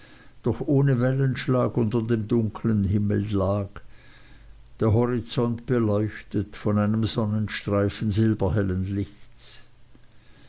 doch ohne wellenschlag unter dem dunkeln himmel lag der horizont beleuchtet von einem sonnenstreifen silberhellen lichtes